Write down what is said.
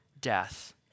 death